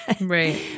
Right